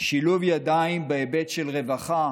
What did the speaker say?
שילוב ידיים בהיבט של רווחה,